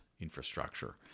infrastructure